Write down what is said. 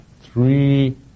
three